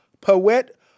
Poet